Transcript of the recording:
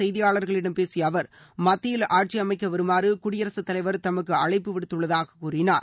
செய்தியாளர்களிடம் பேசிய அவர் மத்தியில் ஆட்சி அமைக்க வருமாறு குடியரசுத் தலைவர் தமக்கு அழைப்பு விடுத்துள்ளதாக கூறினார்